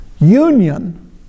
Union